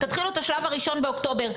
תתחילו את השלב הראשון באוקטובר,